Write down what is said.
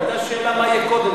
הייתה שאלה מה יהיה קודם,